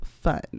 fun